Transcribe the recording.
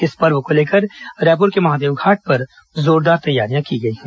इस पर्व को लेकर रायपुर के महादेवघाट पर जोरदार तैयारियां की गई हैं